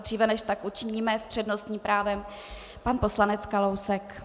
Dříve než tak učiníme, s přednostním právem pan poslanec Kalousek.